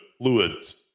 fluids